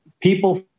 people